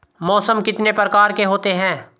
मौसम कितने प्रकार के होते हैं?